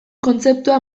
kontzeptua